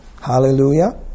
Hallelujah